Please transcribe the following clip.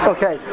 Okay